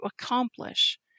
accomplish